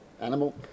animal